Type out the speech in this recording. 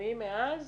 שינויים מאז